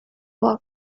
what